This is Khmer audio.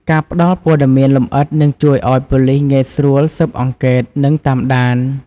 ការផ្ដល់ព័ត៌មានលម្អិតនឹងជួយឲ្យប៉ូលិសងាយស្រួលស៊ើបអង្កេត និងតាមដាន។